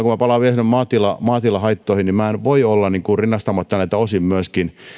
kun palaan vielä sinne maatilahaittoihin niin en voi olla rinnastamatta näitä osin myöskin